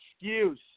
excuse